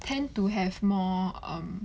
tend to have more um